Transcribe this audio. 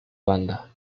banda